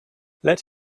let